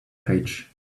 page